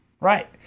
Right